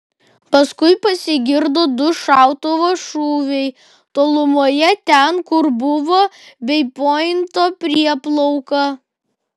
paskui pasigirdo du šautuvo šūviai tolumoje ten kur buvo bei pointo prieplauka